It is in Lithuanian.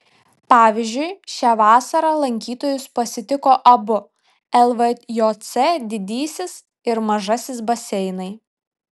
pavyzdžiui šią vasarą lankytojus pasitiko abu lvjc didysis ir mažasis baseinai